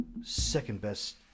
second-best